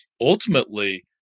ultimately